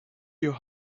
your